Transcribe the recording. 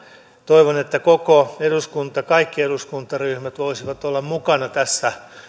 toivon että koko eduskunta kaikki eduskuntaryhmät voisivat olla mukana tässä